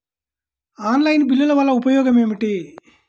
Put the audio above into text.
Online బిల్లుల వల్ల ఉపయోగమేమిటీ?